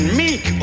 meek